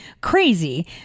crazy